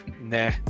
Nah